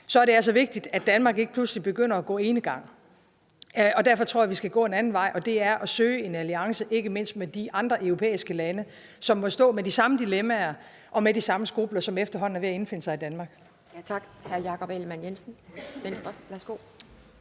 er det altså vigtigt, at Danmark ikke pludselig begynder at gå enegang. Og derfor tror jeg, at vi skal gå en anden vej, og det er at søge en alliance, ikke mindst med de andre europæiske lande, som må stå med de samme dilemmaer og med de samme skrupler, som efterhånden er ved at indfinde sig i Danmark.